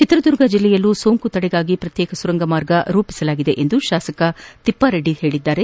ಚಿತ್ರದುರ್ಗ ಜಿಲ್ಲೆಯಲ್ಲೂ ಸೋಂಕು ತಡೆಗಾಗಿ ಪ್ರತ್ನೇಕ ಸುರಂಗಮಾರ್ಗವನ್ನು ರೂಪಿಸಲಾಗಿದೆ ಎಂದು ಶಾಸಕ ತಿಪ್ಪಾರೆಡ್ಡಿ ಹೇಳಿದ್ದಾರೆ